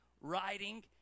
writing